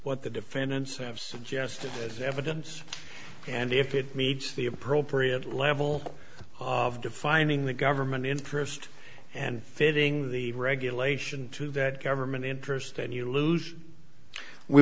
what the defendants have suggested evidence and if it meets the appropriate level of defining the government interest and fitting the regulation to that government interest then you lose we